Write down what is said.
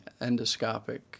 endoscopic